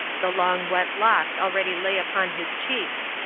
the long wet locks already lay upon his cheeks,